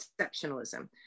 exceptionalism